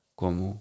como